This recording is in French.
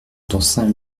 d’ancien